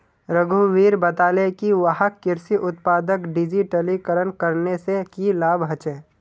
रघुवीर बताले कि वहाक कृषि उत्पादक डिजिटलीकरण करने से की लाभ ह छे